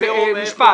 במשפט.